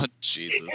Jesus